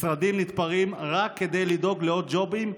משרדים נתפרים רק כדי לדאוג לעוד ג'ובים,